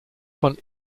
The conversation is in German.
von